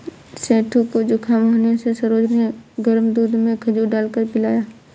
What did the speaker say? सेठू को जुखाम होने से सरोज ने गर्म दूध में खजूर डालकर पिलाया